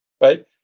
right